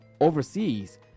overseas